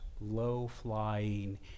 low-flying